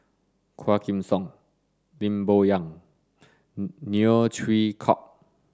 Quah Kim Song Lim Bo Yam Neo Chwee Kok